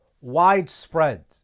widespread